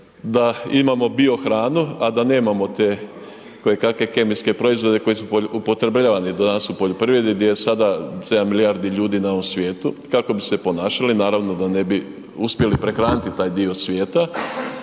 da imamo biohranu, a da nemamo te koje kakve kemijske proizvode koji su upotrebljavani danas u poljoprivredi gdje je sada 7 milijardi ljudi na ovom svijetu, kako bi se ponašali, naravno da ne bi uspjeli prehraniti taj dio svijeta,